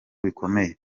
bikomeye